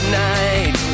night